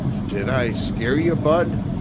did i scare you, bud?